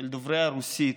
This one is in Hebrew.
של דוברי הרוסית.